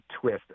twist